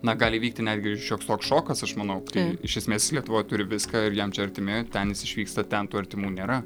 na gali įvykti netgi ir šioks toks šokas aš manau tai iš esmės jis lietuvoj turi viską ir jam čia artimi ten jis išvyksta ten tų artimų nėra